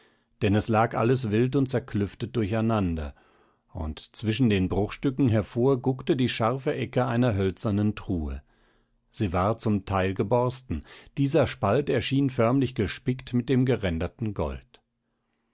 denn es lag alles wild und zerklüftet durcheinander und zwischen den bruchstücken hervor guckte die scharfe ecke einer hölzernen truhe sie war zum teil geborsten dieser spalt erschien förmlich gespickt mit dem geränderten gold